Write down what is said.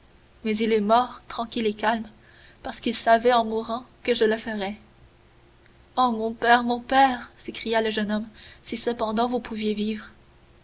mais il est mort tranquille et calme parce qu'il savait en mourant que je le ferais oh mon père mon père s'écria le jeune homme si cependant vous pouviez vivre